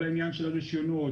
כל העניין של הרישיונות,